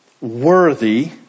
worthy